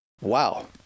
Wow